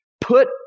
put